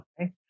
Okay